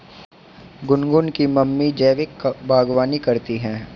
गुनगुन की मम्मी जैविक बागवानी करती है